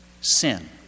sin